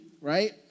right